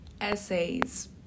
essays